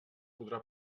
podrà